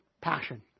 Passion